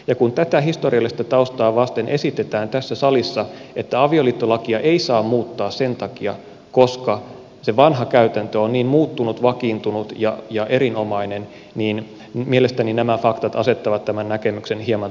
ja kun tätä historiallista taustaa vasten esitetään tässä salissa että avioliittolakia ei saa muuttaa sen takia koska se vanha käytäntö on niin muuttumaton vakiintunut ja erinomainen niin mielestäni nämä faktat asettavat tämän näkemyksen hieman toisenlaiseen valoon